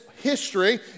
history